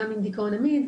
גם בדיכאון עמיד,